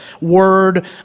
word